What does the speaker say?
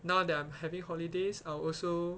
now that I'm having holidays I'll also